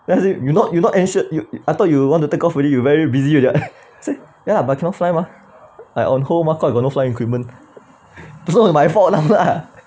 then I say you not you not anxio~ you I thought you would want to take off really you very busy already eh then lah but cannot fly mah I on hold mah cause I got no flying equipment so my fault lah